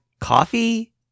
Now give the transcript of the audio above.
coffee